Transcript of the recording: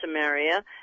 Samaria